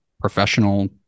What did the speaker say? professional